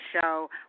show